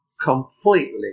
completely